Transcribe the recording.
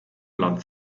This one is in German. land